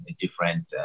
different